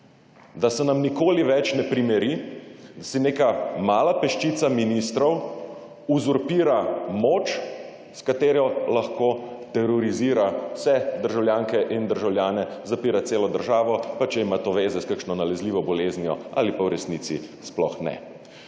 Da se nam nikoli več ne primeri, da si neka mala peščica ministrov uzurpira moč, s katero lahko terorizira vse državljanke in državljane, zapira celo državo, pa če ima to veze s kakšno nalezljivo boleznijo ali pa v resnici sploh ne.